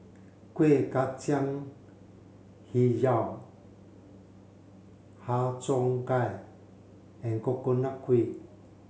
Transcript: Kuih Kacang Hijau Har Cheong Gai and Coconut Kuih